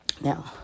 Now